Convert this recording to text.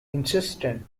insisted